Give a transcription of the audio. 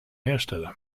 hersteller